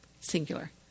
Singular